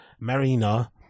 Marina